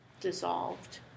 dissolved